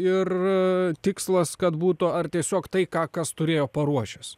ir tikslas kad būtų ar tiesiog tai ką kas turėjo paruošęs